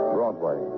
Broadway